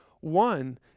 One